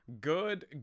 good